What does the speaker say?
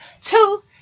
Two